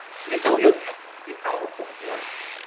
so, be, powerful. yes.